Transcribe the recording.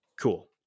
cool